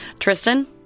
Tristan